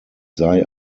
sei